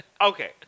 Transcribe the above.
Okay